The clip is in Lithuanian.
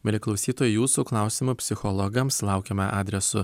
mieli klausytojai jūsų klausimų psichologams laukiame adresu